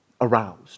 aroused